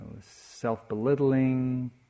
self-belittling